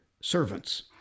servants